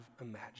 imagined